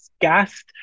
gassed